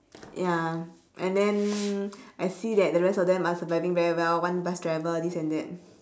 ya and then I see that the rest of them are surviving very well one bus driver this and that